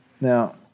Now